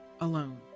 alone